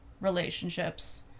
relationships